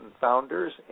Founders